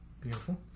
Beautiful